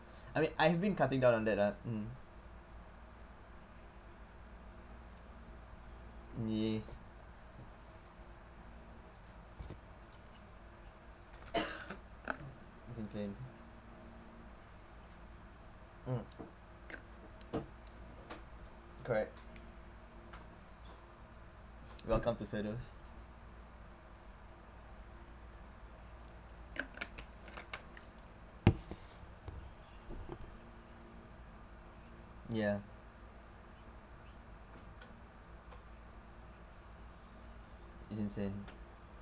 I mean I have been cutting down on that lah mm that's insane mm correct welcome to ya it's insane